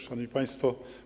Szanowni Państwo!